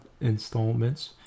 installments